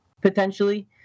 potentially